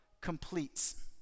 completes